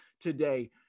today